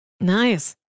Nice